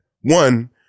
one-